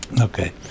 okay